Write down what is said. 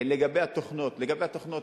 לגבי התוכנות,